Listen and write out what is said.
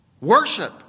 Worship